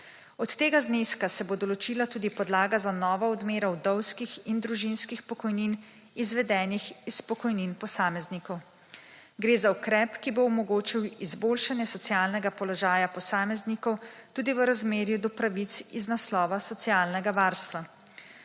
Od tega zneska se bo določila tudi podlaga za novo odmero vdovskih in družinskih pokojnin, izvedenih iz pokojnin posameznikov. Gre za ukrep, ki bo omogočil izboljšanje socialnega položaja posameznikov tudi v razmerju do pravic iz naslova socialnega varstva.